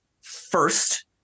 first